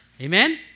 Amen